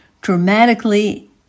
dramatically